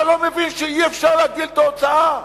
אתה לא מבין שאי-אפשר להגדיל את ההוצאה?